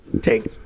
take